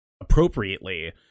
appropriately